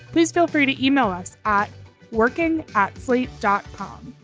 please feel free to email us at working at slate dot com.